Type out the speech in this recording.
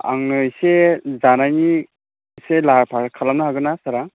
आंनो एसे जानायनि एसे लाहार फाहार खालामनो हागोन ना सारआ